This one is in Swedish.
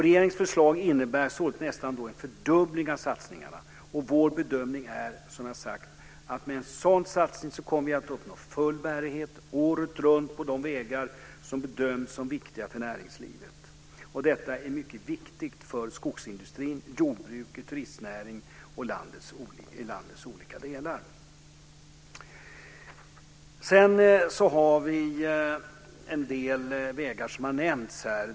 Regeringens förslag innebär således nästan en fördubbling av satsningarna, och vår bedömning är, som jag har sagt, att vi med en sådan satsning kommer att ha full bärighet året runt på de vägar som bedöms som viktiga för näringslivet. Detta är mycket viktigt för skogsindustrin, jordbruket och turistnäringen i landets olika delar. Sedan har vi en del vägar som har nämnts här.